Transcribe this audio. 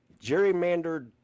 gerrymandered